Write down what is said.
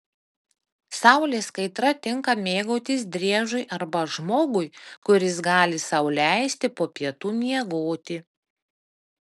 saulės kaitra tinka mėgautis driežui arba žmogui kuris gali sau leisti po pietų miegoti